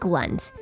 ones